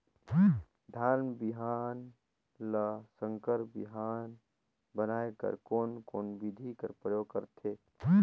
धान बिहान ल संकर बिहान बनाय बर कोन कोन बिधी कर प्रयोग करथे?